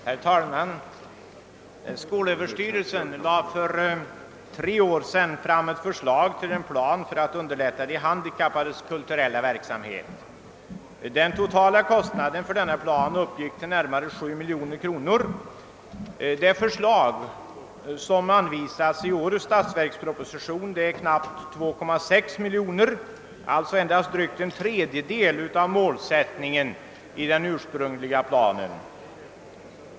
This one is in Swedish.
Herr talman! Skolöverstyrelsen lade för tre år sedan fram ett förslag till en plan för att underlätta de handikappades kulturella verksamhet. Den totala kostnaden för denna plan uppgick till närmare 7 miljoner kronor. Det anslag som anvisas i årets statsverksproposition är knappt 2,6 miljoner kronor, alltså endast drygt en tredjedel av målsättningen i den ursprungliga planen.